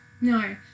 No